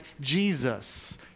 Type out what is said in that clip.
Jesus